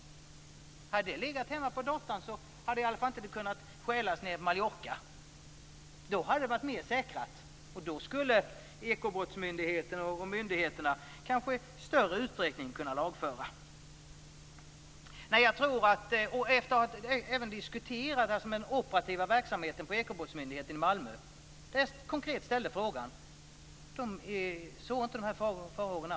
Hade det legat hemma på datorn hade det i alla fall inte kunnat stjälas på Mallorca. Då hade det varit mer säkrat. Då skulle Ekobrottsmyndigheten och myndigheterna kanske i större utsträckning kunnat lagföra. Jag har även diskuterat med den operativa verksamheten på Ekobrottsmyndigheten i Malmö, där jag ställde en konkret fråga. Man såg inte alls de här farorna.